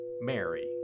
Mary